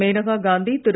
Maneka Gandhi Thiru